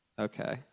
Okay